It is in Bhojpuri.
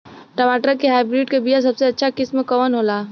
टमाटर के हाइब्रिड क बीया सबसे अच्छा किस्म कवन होला?